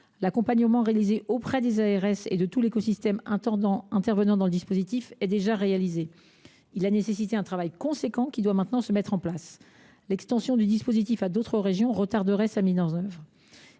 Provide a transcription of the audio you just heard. L’accompagnement des ARS et de tout l’écosystème intervenant dans le dispositif a déjà été réalisé ; il a nécessité un travail important qui doit maintenant se mettre en place. L’extension du dispositif à d’autres régions retarderait sa mise en œuvre.